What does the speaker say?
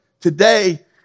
today